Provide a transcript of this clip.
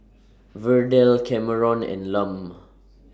Verdell Kameron and Lum